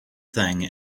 thing